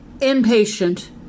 impatient